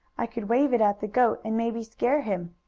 i could wave it at the goat and maybe scare him.